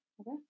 Okay